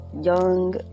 young